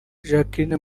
jacqueline